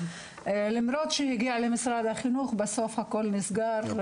למרות שזה הגיע למשרד החינוך בסוף הכול נסגר.